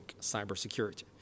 cybersecurity